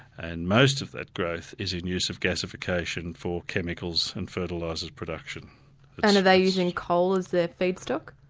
and most of that growth is in use of gasification for chemicals and fertiliser production. and are they using coal as their feedstock?